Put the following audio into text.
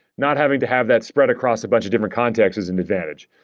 not having to have that spread across a bunch of different contacts is an advantage.